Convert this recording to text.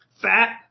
fat